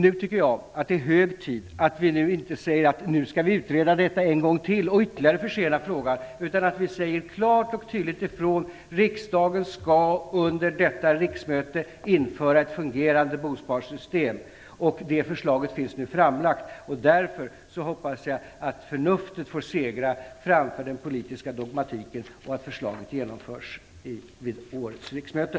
Nu tycker jag att det är hög tid att vi inte säger att frågan skall utredas igen - och därmed ytterligare försenas - utan att vi säger klart och tydligt ifrån att riksdagen under detta riksmöte skall fatta beslut om att införa ett fungerande bosparsystem. Det förslaget finns nu framlagt. Därför hoppas jag att förnuftet får segra över den politiska dogmatiken och att förslaget genomförs under årets riksmöte.